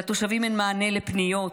לתושבים אין מענה לפניות,